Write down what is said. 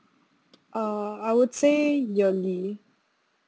uh I would say yearly